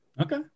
okay